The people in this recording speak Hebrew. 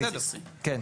כן.